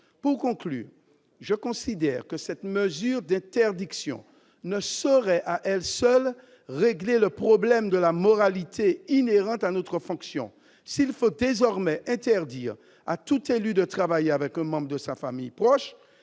d'illégal. Je considère que cette mesure d'interdiction ne saurait à elle seule régler le problème de la moralité inhérente à notre fonction. S'il faut désormais interdire à tout élu de travailler avec un membre de sa famille proche,